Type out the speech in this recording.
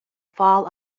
fall